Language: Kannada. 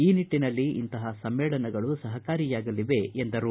ಈ ನಿಟ್ಟನಲ್ಲಿ ಇಂತಹ ಸಮ್ಮೇಳನಗಳು ಸಹಕಾರಿಯಾಗಲಿವೆ ಎಂದರು